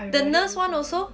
the nurse [one] also